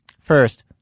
First